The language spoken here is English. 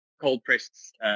cold-pressed